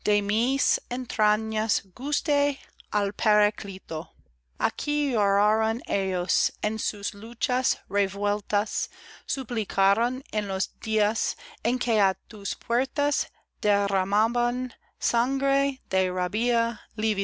entrañas gusté al paráclito aquí lloraron ellos en sus luchas revueltas suplicaron en los días en que á tus puertas derramaban sangre